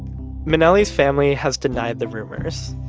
minnelli's family has denied the rumors,